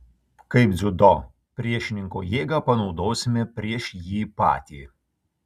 kaip dziudo priešininko jėgą panaudosime prieš jį patį